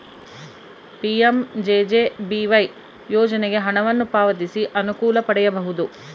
PMJJBY ಯೋಜನೆಗೆ ಹಣವನ್ನು ಪಾವತಿಸಿ ಅನುಕೂಲ ಪಡೆಯಬಹುದು